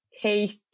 Kate